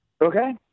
Okay